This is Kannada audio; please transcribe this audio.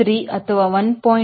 3 ಅಥವಾ 1